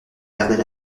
perdait